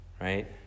right